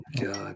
God